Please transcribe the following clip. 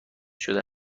شده